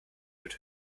wird